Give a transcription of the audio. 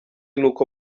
nuko